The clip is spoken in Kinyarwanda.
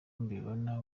mbibona